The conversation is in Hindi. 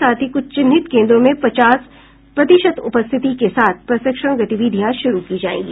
साथ ही कुछ चिन्हित केन्द्रों में पचास प्रतिशत उपस्थिति के साथ प्रशिक्षण गतिविधियां शुरू की जायेंगी